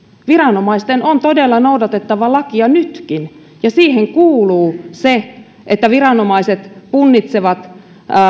viranomaisten on todella noudatettava lakia nytkin ja siihen kuuluu se että viranomaiset punnitsevat